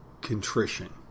contrition